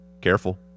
Careful